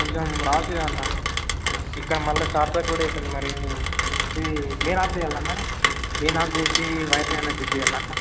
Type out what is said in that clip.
కొంచెం రావచ్చు కదా అన్న ఇక్కడ మళ్లీ షార్ట్ సర్క్యూట్ కూడా అవుతుంది మరి ఇది ఇది మెయిన్ ఆఫ్ చేయాలా మరి మెయిన్ ఆఫ్ చేసి వైర్లు ఏమన్నా చెక్ చేయాలా అట్లా